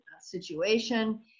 situation